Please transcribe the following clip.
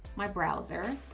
my browser.